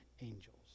angels